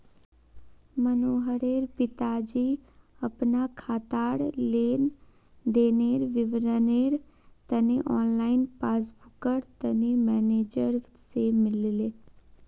मनोहरेर पिताजी अपना खातार लेन देनेर विवरनेर तने ऑनलाइन पस्स्बूकर तने मेनेजर से मिलले